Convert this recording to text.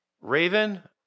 Raven